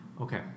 Okay